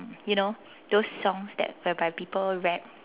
you know those songs that whereby people rap